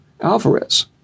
Alvarez